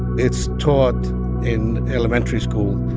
it's taught in elementary school,